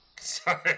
Sorry